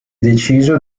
deciso